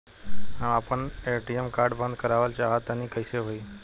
हम आपन ATM card बंद करावल चाह तनि कइसे होई?